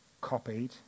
copied